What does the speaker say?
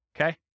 okay